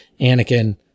Anakin